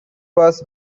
was